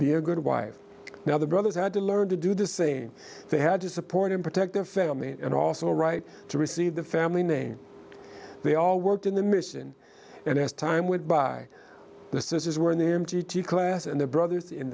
a good wife now the brothers had to learn to do the same they had to support and protect their family and also right to receive the family name they all worked in the mission and as time went by the sisters were in m t t class and their brothers in